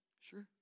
sure